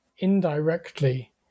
indirectly